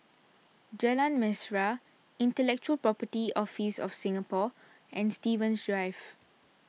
Jalan Mesra Intellectual Property Office of Singapore and Stevens Drive